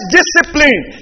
discipline